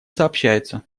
сообщается